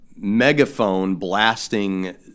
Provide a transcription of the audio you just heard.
megaphone-blasting